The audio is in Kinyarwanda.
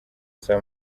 saa